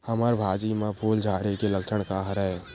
हमर भाजी म फूल झारे के लक्षण का हरय?